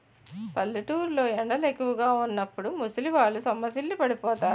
పల్లెటూరు లో ఎండలు ఎక్కువుగా వున్నప్పుడు ముసలివాళ్ళు సొమ్మసిల్లి పడిపోతారు